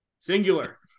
Singular